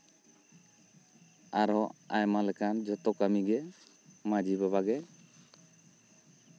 ᱟᱨᱚ ᱟᱭᱢᱟ ᱞᱮᱠᱟᱱ ᱡᱚᱛᱚ ᱠᱟᱹᱢᱤᱜᱮ ᱢᱟᱹᱡᱷᱤ ᱵᱟᱵᱟᱜᱮ